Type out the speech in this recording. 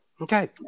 okay